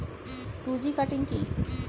Two G cutting কি?